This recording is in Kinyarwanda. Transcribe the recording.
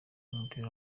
w’umupira